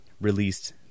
released